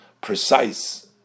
precise